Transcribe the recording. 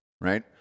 right